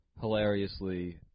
Hilariously